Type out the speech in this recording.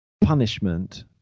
punishment